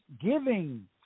giving